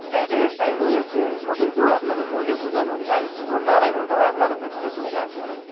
ফ্লাইটের টাইম হয়ে যাচ্ছে সবই তো আপনাকে বলে বোঝানো হচ্ছে এই দুঘণ্টা আড়াই ঘণ্টা আপনার অপেক্ষাতে বসে আছি আমি